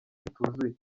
bituzuye